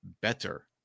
better